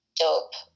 dope